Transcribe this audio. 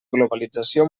globalització